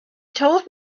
told